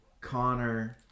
Connor